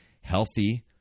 healthy